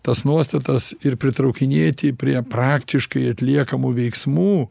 tas nuostatas ir pritraukinėti prie praktiškai atliekamų veiksmų